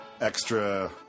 extra